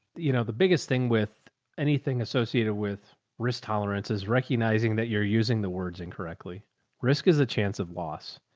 you know, the biggest thing with anything associated with risk tolerance is recognizing that you're using the words incorrectly risk is the chance of loss.